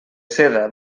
seda